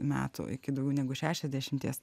metų iki daugiau negu šešiasdešimties